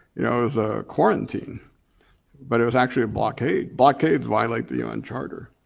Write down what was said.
you know it was a quarantine but it was actually a blockade. blockades violate the un charter.